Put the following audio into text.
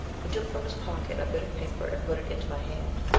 he took from his pocket a bit of paper and put it into my hand,